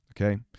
okay